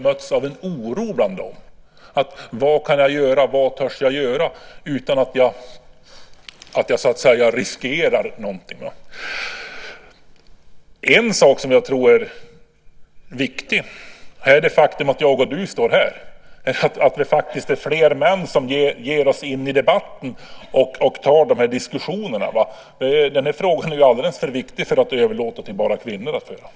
De undrar vad de kan göra och vad de törs göra utan att riskera någonting. En sak som jag tror är viktig är det faktum att jag och du står här. Jag tror att det är viktigt att vi blir fler män som ger oss in i debatten och tar de här diskussionerna. Den här frågan är alldeles för viktig för att överlåtas till bara kvinnor att diskutera.